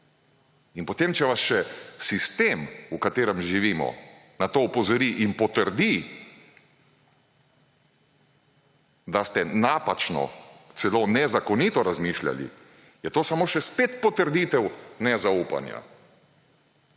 In potem če vas še sistem v katerem živimo na to opozori in potrdi, da ste napačno, celo nezakonito razmišljali, je to samo še spet potrditev nezaupanja.